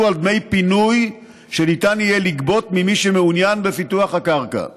על דמי פינוי שניתן יהיה לגבות ממי שמעוניין בפיתוח הקרקע.